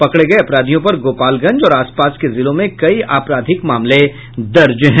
पकड़े गये अपराधियों पर गोपालगंज और आसपास के जिलों में कई अपराधिक मामले दर्ज हैं